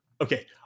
Okay